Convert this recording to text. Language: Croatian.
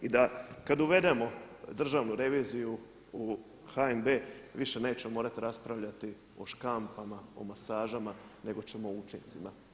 I da kad uvedemo Državnu reviziju u HNB više nećemo morati raspravljati o škampama, o masažama nego ćemo o učincima.